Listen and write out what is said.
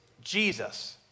Jesus